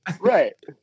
right